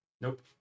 nope